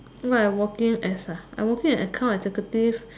what I working as ah I working an account executive